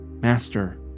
Master